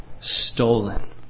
stolen